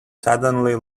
suddenly